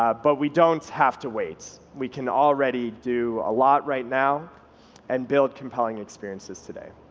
ah but we don't have to wait. we can already do a lot right now and build compelling experiences today